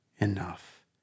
enough